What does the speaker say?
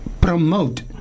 promote